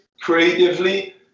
creatively